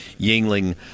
Yingling